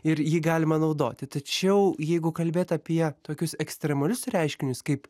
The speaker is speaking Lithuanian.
ir jį galima naudoti tačiau jeigu kalbėt apie tokius ekstremalius reiškinius kaip